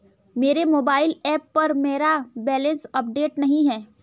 मेरे mobile app पर मेरा बैलेंस अपडेट नहीं है